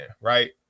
right